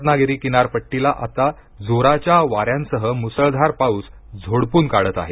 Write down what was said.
रत्नागिरी किनारपट्टीला आता जोराच्या वाऱ्यांसह मुसळधार पाऊस झोडपून काढत आहे